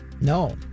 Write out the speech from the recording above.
No